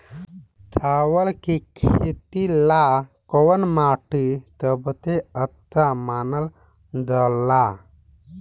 चावल के खेती ला कौन माटी सबसे अच्छा मानल जला?